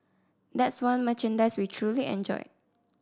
that's one merchandise we truly enjoyed